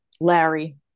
larry